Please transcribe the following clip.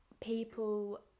people